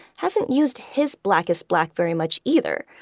hasn't used his blackest black very much either.